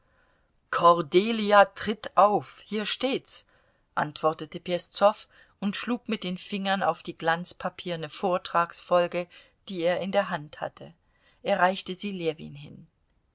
kordelia tritt auf hier steht's antwortete peszow und schlug mit den fingern auf die glanzpapierne vortragsfolge die er in der hand hatte er reichte sie ljewin hin